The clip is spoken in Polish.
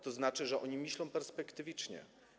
To znaczy, że oni myślą perspektywicznie.